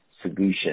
solution